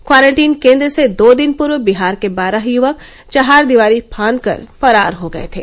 quarantine केंद्र से दो दिन पूर्व बिहार के बारह युवक चहारदीवारी फांदकर फरार हो गये थे